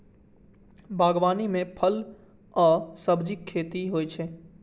बागवानी मे फल आ सब्जीक खेती होइ छै